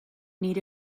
need